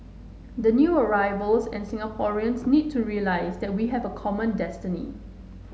the new arrivals and Singaporeans need to realise that we have a common destiny